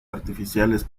artificiales